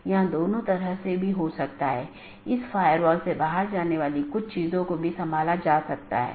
और EBGP में OSPF इस्तेमाल होता हैजबकि IBGP के लिए OSPF और RIP इस्तेमाल होते हैं